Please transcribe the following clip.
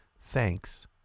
Thanks